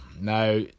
Now